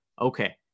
okay